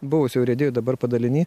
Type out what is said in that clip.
buvusioj urėdijoj dabar padaliny